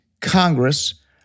Congress